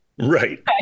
Right